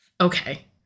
Okay